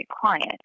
client